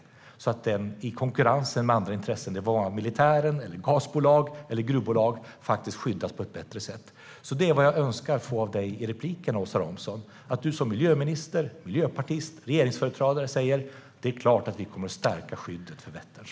Jag önskar också att Vättern i konkurrens med andra intressen - det må vara militären, gasbolag eller gruvbolag - skyddas på ett bättre sätt. Det är vad jag önskar få av dig i dina inlägg, att du som miljöminister, miljöpartist och regeringsföreträdare säger: Det är klart att vi kommer att stärka skyddet för Vättern.